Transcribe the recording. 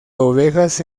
ovejas